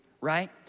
right